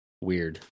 weird